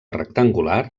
rectangular